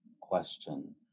question